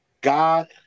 God